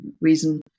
reason